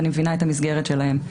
ואני מבינה את המסגרת שלהן.